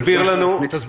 תסביר לנו בקצרה.